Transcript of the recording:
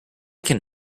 can